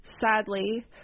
sadly